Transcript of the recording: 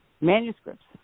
manuscripts